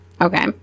Okay